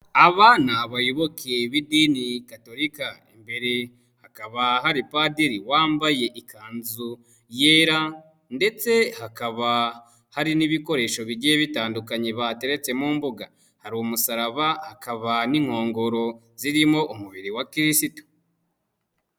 Aba ni abayoboke b'idini gatulika imbere hakaba hari padiri wambaye ikanzu yera ndetse hakaba hari n'ibikoresho bigiye bitandukanye bateretse mu mbuga. Hari umusaraba hakaba n'inkongoro zirimo umubiri wa kirisitu.